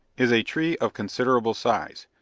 is a tree of considerable size,